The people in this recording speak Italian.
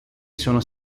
sono